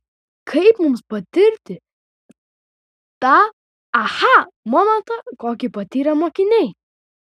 kaip mums patirti tą aha momentą kokį patyrė mokiniai